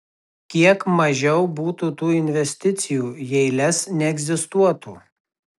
kiek mažiau būtų tų investicijų jei lez neegzistuotų